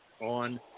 on